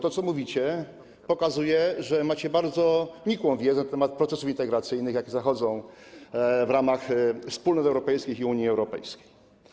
To, co mówicie, pokazuje, że macie bardzo nikłą wiedzę na temat procesów integracyjnych, jakie zachodzą w ramach wspólnot europejskich i Unii Europejskiej.